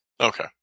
Okay